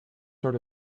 sort